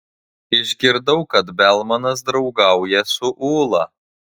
išgirdau kad belmanas draugauja su ūla